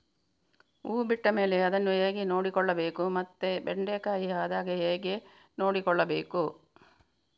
ಹೂ ಬಿಟ್ಟ ಮೇಲೆ ಅದನ್ನು ಹೇಗೆ ನೋಡಿಕೊಳ್ಳಬೇಕು ಮತ್ತೆ ಬೆಂಡೆ ಕಾಯಿ ಆದಾಗ ಹೇಗೆ ನೋಡಿಕೊಳ್ಳಬೇಕು?